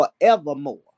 forevermore